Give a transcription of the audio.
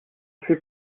suis